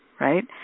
Right